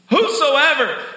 whosoever